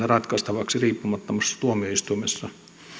ratkaistavaksi riippumattomassa tuomioistuimessa